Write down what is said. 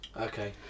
Okay